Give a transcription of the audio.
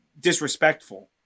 disrespectful